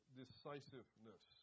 decisiveness